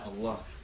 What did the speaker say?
Allah